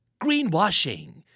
greenwashing